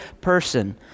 person